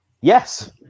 Yes